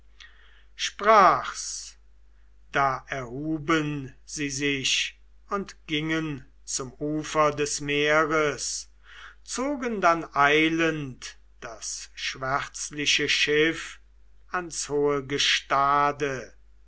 sprach's da erhuben sie sich und gingen zum ufer des meeres zogen dann eilend das schwärzliche schiff ans hohe gestade